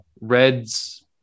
Reds